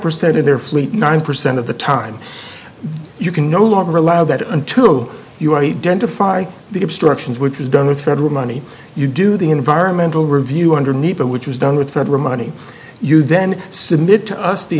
percent of their fleet nine percent of the time you can no longer allow that until you identify the obstructions which is done with federal money you do the environmental review underneath it which is done with that ramani you then submit to us the